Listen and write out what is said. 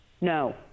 No